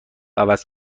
عوض